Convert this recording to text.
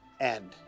end